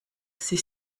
sie